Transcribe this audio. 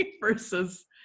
versus